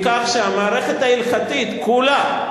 מכך שהמערכת ההלכתית כולה,